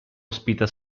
ospita